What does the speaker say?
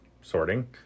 sorting